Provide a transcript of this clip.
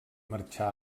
marxar